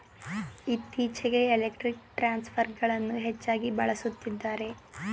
ಇತ್ತೀಚೆಗೆ ಎಲೆಕ್ಟ್ರಿಕ್ ಟ್ರಾನ್ಸ್ಫರ್ಗಳನ್ನು ಹೆಚ್ಚಾಗಿ ಬಳಸುತ್ತಿದ್ದಾರೆ